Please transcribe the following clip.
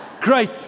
great